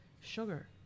sugar